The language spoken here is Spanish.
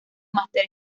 máster